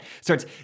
starts